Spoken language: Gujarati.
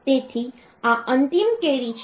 તેથી આ અંતિમ કેરી છે